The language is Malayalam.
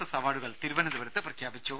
എസ് അവാർഡുകൾ തിരുവനന്തപുരത്ത് പ്രഖ്യാപിച്ചു